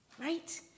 right